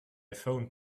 phoned